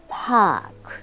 park